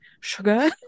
sugar